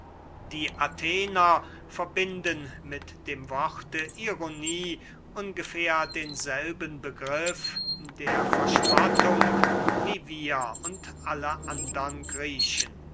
die athener verbinden mit dem worte ironie ungefähr denselben begriff der verspottung wie wir und alle andern griechen